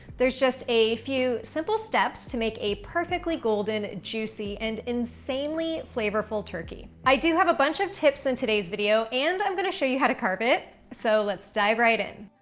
there's just a few simple steps to make a perfectly golden, juicy, and insanely flavorful turkey. i do have a bunch of tips in today's video, and i'm gonna show you how to carve it. so let's dive right in.